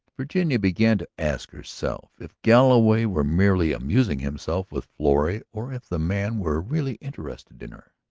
virginia began to ask herself if galloway were merely amusing himself with florrie or if the man were really interested in her.